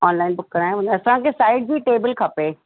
online book करायूं असांखे side जी टेबल खपे